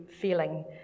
feeling